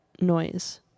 noise